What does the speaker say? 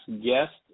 guest